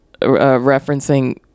referencing